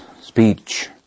speech